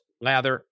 lather